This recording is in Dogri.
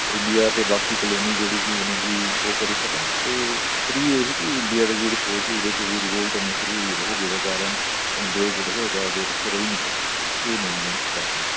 इंडिया ते बाकी कॉलोनी जेह्ड़ी ही उ'नेंगी ओह् करी सकन ते त्री एह् ही कि इंडिया दी जेह्ड़ी ही फौज़ ही जेह्ड़ी ओह्दे च बी रीवोल्ट होने शुरू होई गेदे हे जेह्दे कारण अंग्रेज़ जेह्ड़े हे ओह् जादा देर इत्थें रेही निं सकदे एह् मेन मेन कारण